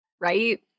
Right